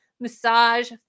massage